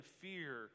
fear